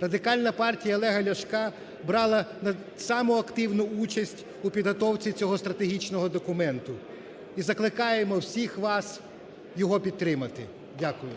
Радикальна партія Олега Ляшка брала саму активну участь у підготовці цього стратегічного документу. І закликаємо всіх вас його підтримати. Дякую.